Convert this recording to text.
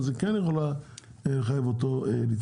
אז היא כן יכולה לחייב אותו להתאגד.